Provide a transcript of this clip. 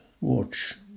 watch